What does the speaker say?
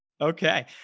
Okay